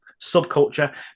subculture